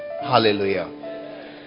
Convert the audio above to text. Hallelujah